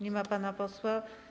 Nie ma pana posła.